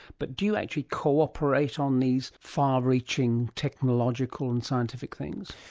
but do you actually cooperate on these far-reaching technological and scientific things?